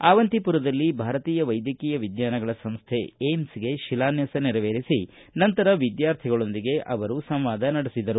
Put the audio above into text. ಆವಂತಿಪುರದಲ್ಲಿ ಭಾರತೀಯ ವೈದ್ಯಕೀಯ ವಿಜ್ಞಾನಗಳ ಸಂಸ್ಥೆ ಏಮ್ಸ್ಗೆ ಶಿಲಾನ್ವಾಸ ನೆರವೇರಿಸಿ ನಂತರ ವಿದ್ವಾರ್ಥಿಗಳೊಂದಿಗೆ ಸಂವಾದ ನಡೆಸಿದರು